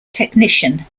technician